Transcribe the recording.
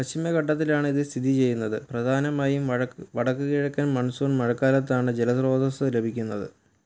പശ്ചിമഘട്ടത്തിലാണ് ഇത് സ്ഥിതി ചെയ്യുന്നത് പ്രധാനമായും വഴ വടക്കുകിഴക്കൻ മൺസൂൺ മഴക്കാലത്താണ് ജലസ്രോതസ്സ് ലഭിക്കുന്നത്